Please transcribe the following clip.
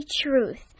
truth